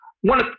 one